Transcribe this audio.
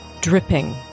dripping